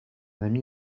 ami